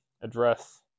address